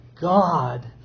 God